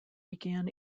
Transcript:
began